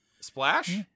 Splash